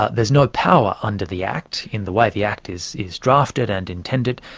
ah there's no power under the act in the way the act is is drafted and intended,